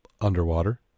underwater